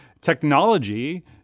technology